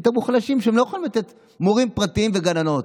את המוחלשים שלא יכולים לתת מורים פרטיים וגננות.